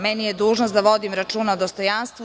Meni je dužnost da vodim računa o dostojanstvu.